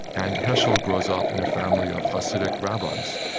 and heschel grows up in a family of hasidic rabbis.